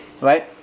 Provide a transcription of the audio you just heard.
right